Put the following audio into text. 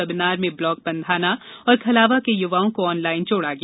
webinar में block Pandhana और खलावा के युवाओं को ऑनलाइन जोड़ा गया